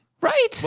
Right